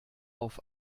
auf